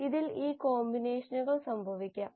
ഇതിൽ ഈ കോമ്പിനേഷനുകൾ സംഭവിക്കാം